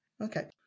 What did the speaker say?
Okay